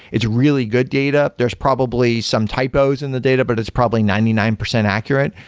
it's really good data. there're probably some typos in the data, but it's probably ninety nine percent accurate,